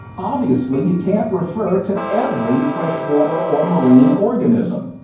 obviously you can't refer to every freshwater or marine organism.